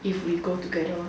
if we go together